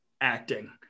acting